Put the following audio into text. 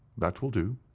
that will do.